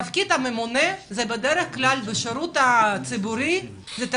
תפקיד הממונה בשירות הציבורי הוא בדרך כלל